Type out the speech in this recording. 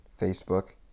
Facebook